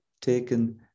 taken